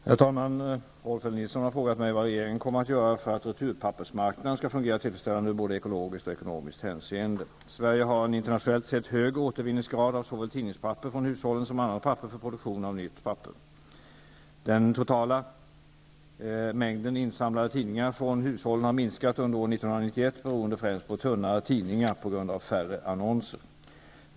Herr talman! Rolf L Nilson har frågat mig vad regeringen kommer att göra för att returpappersmarknaden skall fungera tillfredsställande i både ekologiskt och ekonomiskt hänseende. Sverige har en internationellt sett hög grad av återvinning av såväl tidningspapper från hushållen som annat papper för produktion av nytt papper. Den totala mängden insamlade tidningar från hushållen har minskat under år 1991, främst beroende på tunnare tidningar på grund av färre annonser.